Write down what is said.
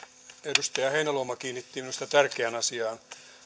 edustaja heinäluoma kiinnitti minusta tärkeään asiaan